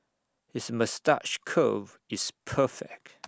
his moustache curl is perfect